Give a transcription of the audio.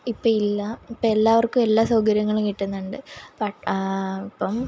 ഇപ്പോഴില്ല ഇപ്പോള് എല്ലാവർക്കും എല്ലാ സൗകര്യങ്ങളും കിട്ടുന്നുണ്ട് പ ഇപ്പോള്